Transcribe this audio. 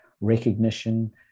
recognition